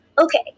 Okay